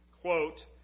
quote